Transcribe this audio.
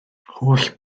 holl